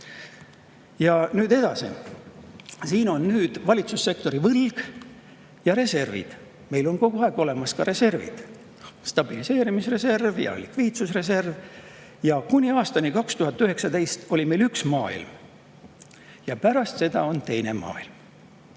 edasi. Siin on nüüd valitsussektori võlg ja reservid. Meil on kogu aeg olemas ka reservid: stabiliseerimisreserv ja likviidsusreserv. Kuni aastani 2019 oli [Eesti jaoks tinglikult] üks maailm ja pärast seda on teine maailm.